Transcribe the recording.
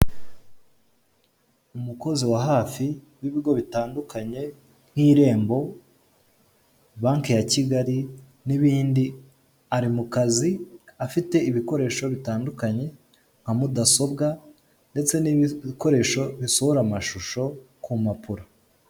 Umukozi wa hafi mu bigo bitandukanye w'irembo banke ya kigali n'ibindi ari mu kazi afite ibikoresho bitandukanye nka mudasobwa ndetse n'ibikoresho bisohora amashisho ku mpapuro.